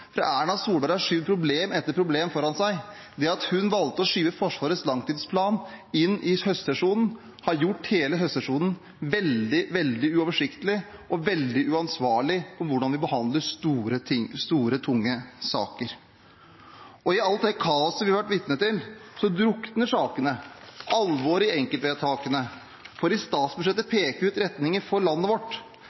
prosessen. Erna Solberg har skjøvet problem etter problem foran seg. Det at hun valgte å skyve Forsvarets langtidsplan inn i høstsesjonen, har gjort hele høstsesjonen veldig uoversiktlig, og dette er veldig uansvarlig når det gjelder hvordan vi behandler store, tunge saker. I alt det kaoset vi har vært vitne til, drukner sakene og alvoret i enkeltvedtakene. I statsbudsjettet peker vi ut retningen for landet vårt.